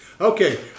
Okay